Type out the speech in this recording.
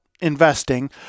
investing